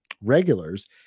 regulars